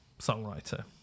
songwriter